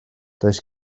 does